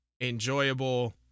enjoyable